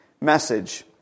message